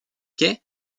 quais